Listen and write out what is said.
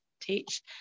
teach